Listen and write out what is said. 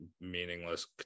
meaningless